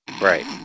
Right